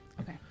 Okay